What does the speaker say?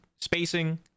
spacing